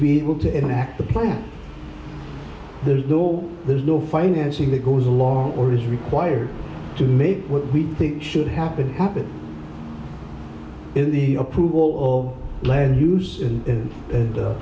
be able to enact the plan there's no there's no financing that goes along or is required to make what we think should happen happen in the approve all land use and